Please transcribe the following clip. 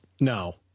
no